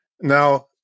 Now